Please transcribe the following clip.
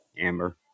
amber